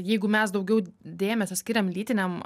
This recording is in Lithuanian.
jeigu mes daugiau dėmesio skiriam lytiniam